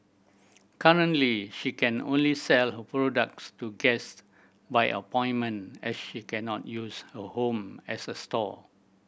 currently she can only sell her products to guest by appointment as she cannot use her home as a store